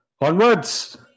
Onwards